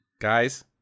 guys